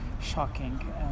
shocking